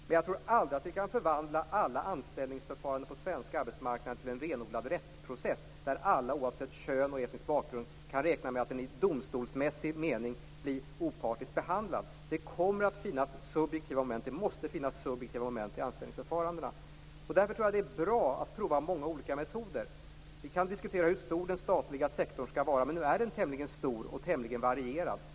Men jag tror aldrig att vi kan förvandla alla anställningsförfaranden på den svenska arbetsmarknaden till en renodlad rättsprocess där alla, oavsett kön och etnisk bakgrund, kan räkna med att i domstolsmässig mening bli opartiskt behandlade. Det kommer att finnas, och det måste finnas, subjektiva moment i anställningsförfarandena. Därför tror jag att det är bra att prova många olika metoder. Vi kan diskutera hur stor den statliga sektorn skall vara. Men nu är den tämligen stor och tämligen varierad.